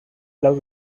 love